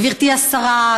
גברתי השרה,